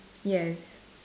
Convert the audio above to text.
yes